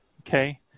Okay